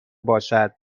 باشد